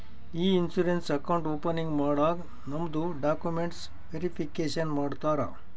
E insurance account opening ಮಾಡಾಗ್ ನಮ್ದು documents verification ಮಾಡ್ತಾರ